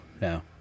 no